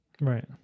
Right